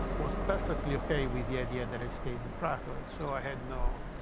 was perfectly ok with the idea that i stayed in prato. and so i had no